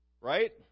right